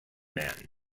man